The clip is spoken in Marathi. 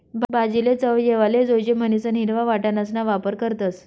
भाजीले चव येवाले जोयजे म्हणीसन हिरवा वटाणासणा वापर करतस